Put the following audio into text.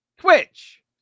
twitch